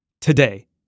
Today